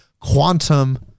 quantum